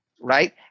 right